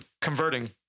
converting